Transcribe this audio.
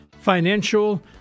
financial